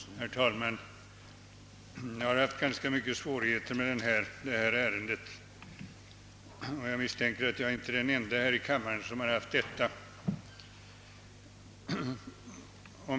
Herr talman! Jag har haft många svårigheter med detta ärende, och jag misstänker att jag inte är den ende här i kammaren som har haft det.